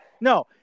No